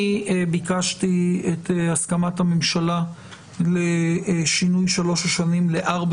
אני ביקשתי את הסכמת הממשלה לשינוי שלוש השנים לארבע